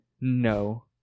No